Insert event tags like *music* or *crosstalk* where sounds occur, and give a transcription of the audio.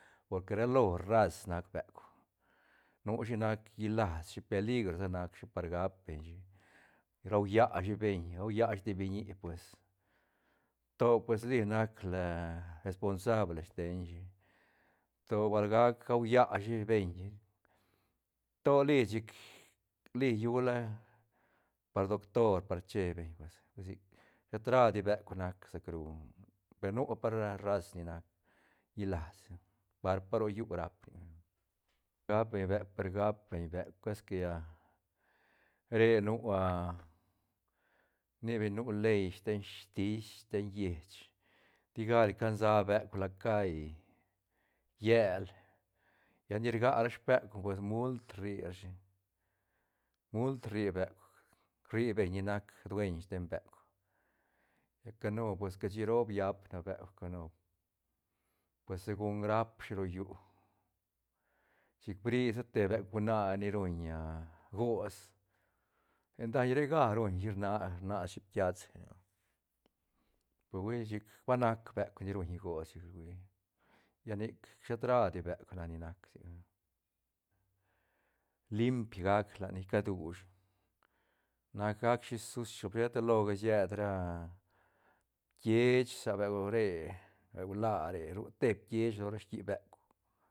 Por que ralo raz nac beuk nushi nac ñilas shi peligro sa nac shi par gep beñ shi raulla shi beñ gaulla shi te biñi pues to pues li nac la responsable steiñ shi to bal gac gaulla shi beñ *unintelligible* to li chic li yula pa doctor par che beñ pues hui sic set radi beuk nac sicru per nu par ra raz ni nac ñilas par pa ro llu rap nic gap beñ beuk per gap beñ beuk esque *hesitation* re nua *hesitation* rni beñ nu ley steiñ stiis ten lleich tigal icansa beuk la cai llel lla ni rga ra speuk pues mult rri rashi mult rri beuk rri beñ ni nac dueñ steiñ beuk ni ca nu pues cashi roo biapne beuk canu pues segun rapshi ro llu chic brisa te beuk hunae ruñ *hesitation* gost len daiñ rega ruñshi rna- rnas shi piast pehui chic ba nac beuk ni ruñ gots chic ruia lla nic shet radi beuk nac ni nac sic *unintelligible* limp gac lat ni icadu shi nac gac shi sucio bal sheta loga sied ra *duda* pkiech sa beu re beu laa re, ru te pkiech lo ra ski beuk.